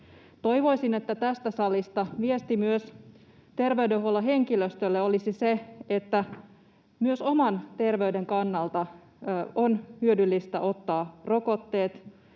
Toivoisin, että tästä salista viesti myös terveydenhuollon henkilöstölle olisi se, että myös oman terveyden kannalta on hyödyllistä ottaa rokotteet,